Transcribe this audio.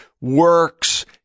works